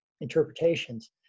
interpretations